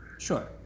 Sure